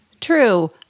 true